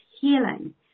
healing